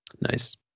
nice